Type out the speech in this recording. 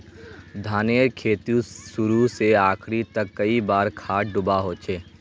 धानेर खेतीत शुरू से आखरी तक कई बार खाद दुबा होचए?